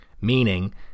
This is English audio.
Meaning